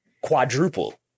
quadruple